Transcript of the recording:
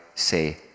say